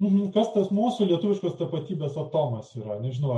nu kas tas mūsų lietuviškos tapatybės atomas yra nežinau